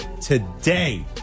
today